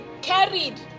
carried